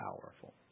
powerful